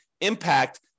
impact